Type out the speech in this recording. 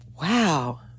Wow